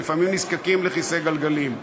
ולפעמים נזקקים לכיסא גלגלים.